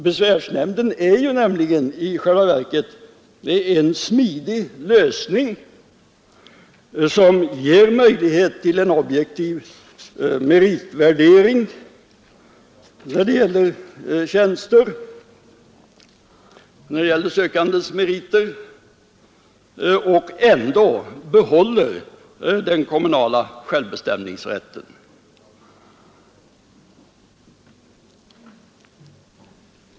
Besvärsnämnden är ju i själva verket en smidig lösning, som ger möjlighet till en objektiv värdering när det gäller sökandes meriter, och ändå behåller man den kommunala självbestämmanderätten.